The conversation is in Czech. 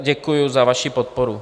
Děkuju za vaši podporu.